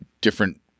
different